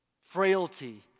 frailty